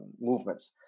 movements